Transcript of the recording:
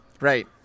right